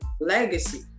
legacy